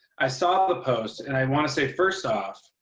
i saw the post, and i want to say, first off,